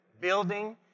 building